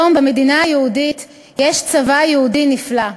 היום במדינה היהודית יש צבא יהודי נפלא,